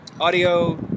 Audio